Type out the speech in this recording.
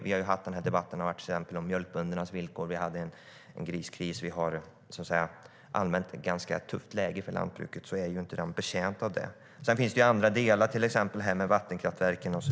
Vi har ju haft debatt om till exempel mjölkböndernas villkor och om en griskris. Och då är lantbruket inte betjänt av det här. Det finns också andra delar, till exempel vattenkraftverken.